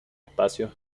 espacio